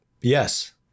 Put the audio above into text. Yes